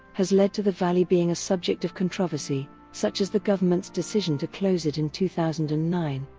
has led to the valley being a subject of controversy such as the government's decision to close it in two thousand and nine,